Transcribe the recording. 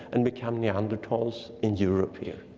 and become neanderthals in europe here.